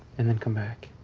and then come back.